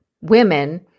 women –